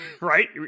right